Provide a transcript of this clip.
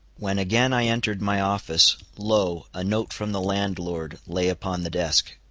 when again i entered my office, lo, a note from the landlord lay upon the desk.